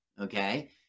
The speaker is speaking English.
Okay